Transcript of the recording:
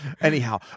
Anyhow